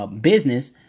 business